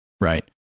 Right